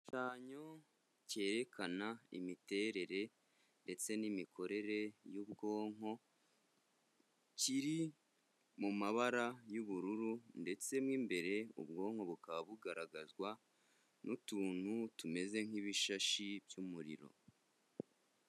Igishushanyo cyerekana imiterere ndetse n'imikorere y'ubwonko, kiri mu mabara y'ubururu ndetse mu imbere ubwonko bukaba bugaragazwa n'utuntu tumeze nk'ibishashi by'umuriro.